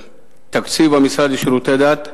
בנושא: תקציב המשרד לשירותי דת,